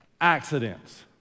accidents